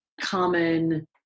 common